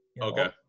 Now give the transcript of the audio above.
okay